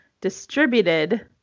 distributed